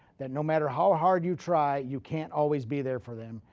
that no matter how hard you try, you can't always be there for them.